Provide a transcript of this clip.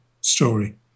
story